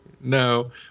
No